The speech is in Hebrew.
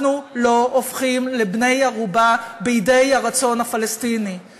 אנחנו לא הופכים לבני ערובה בידי הרצון הפלסטיני,